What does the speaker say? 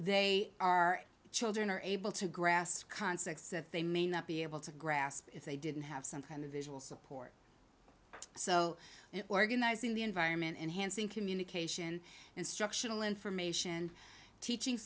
they are children are able to grasp concepts that they may not be able to grasp if they didn't have some kind of visual support so in organizing the environment enhancing communication instructional information teaching